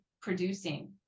producing